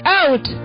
out